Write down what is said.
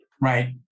right